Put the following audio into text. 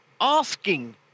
asking